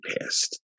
pissed